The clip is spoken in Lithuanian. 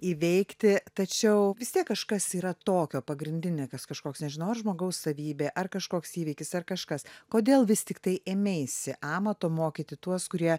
įveikti tačiau vis tiek kažkas yra tokio pagrindinė kas kažkoks nežinau ar žmogaus savybė ar kažkoks įvykis ar kažkas kodėl vis tiktai ėmeisi amato mokyti tuos kurie